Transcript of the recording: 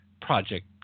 project